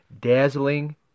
dazzling